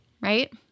Right